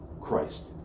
Christ